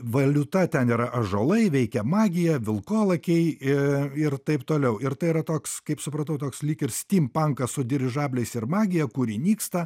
valiuta ten yra ąžuolai veikia magija vilkolakiai i ir taip toliau ir tai yra toks kaip supratau toks lyg ir stimpankas su dirižabliais ir magija kuri nyksta